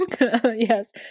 Yes